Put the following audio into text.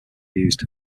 used